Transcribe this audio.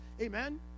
amen